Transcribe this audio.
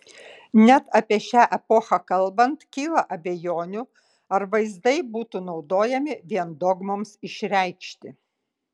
net apie šią epochą kalbant kyla abejonių ar vaizdai būtų naudojami vien dogmoms išreikšti